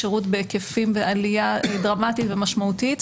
לשכה משפטית,